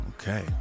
okay